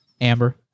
Amber